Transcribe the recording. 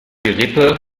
gerippe